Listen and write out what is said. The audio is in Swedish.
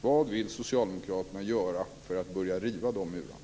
Vad vill socialdemokraterna göra för att börja riva dessa murar?